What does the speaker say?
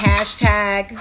Hashtag